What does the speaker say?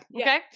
okay